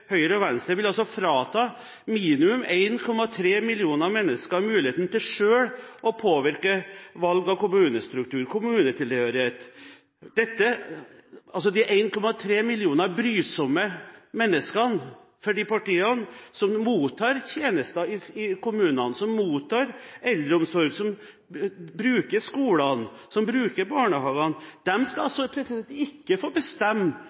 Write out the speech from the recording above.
minimum 1,3 millioner mennesker muligheten til selv å påvirke valg av kommunestruktur og kommunetilhørighet. De 1,3 millioner brysomme – for de partiene – menneskene som mottar tjenester i kommunene, som mottar eldreomsorg, som bruker skolene, som bruker barnehagene, skal altså ikke få bestemme